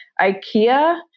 Ikea